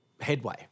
headway